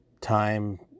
time